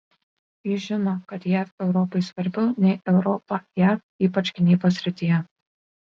jis žino kad jav europai svarbiau nei europa jav ypač gynybos srityje